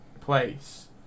place